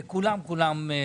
כולם-כולם.